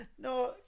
No